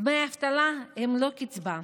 דמי אבטלה הם לא קצבה.